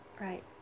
right